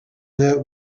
that